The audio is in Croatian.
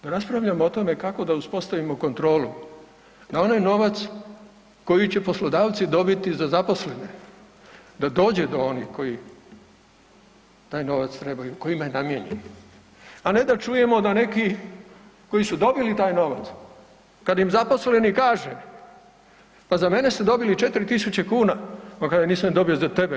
Da raspravljamo o tome kako da uspostavimo kontrolu, da onaj novac koji će poslodavci dobiti za zaposlene da dođe do onih koji taj novac trebaju kojima je namijenjen, a ne da čujemo da neki koji su dobili taj novac kada im zaposlenik kaže: „Pa za mene ste dobili 4 tisuće kuna.“, pa kaže: „Nisam ja dobio za tebe.